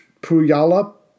Puyallup